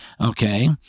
Okay